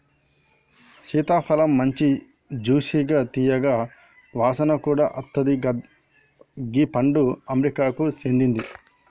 సీతాఫలమ్ మంచి జ్యూసిగా తీయగా వాసన కూడా అత్తది గీ పండు అమెరికాకు సేందింది